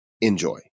Enjoy